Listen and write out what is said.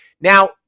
Now